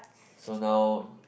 so now